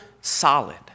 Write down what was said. solid